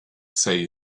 say